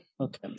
Okay